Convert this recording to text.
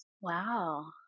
Wow